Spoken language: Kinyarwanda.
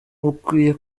ukwiye